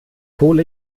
hole